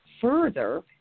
further